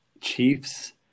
Chiefs